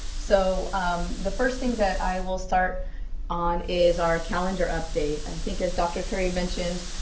so the first thing that i will start on is our calendar update. i think as dr. curry mentioned,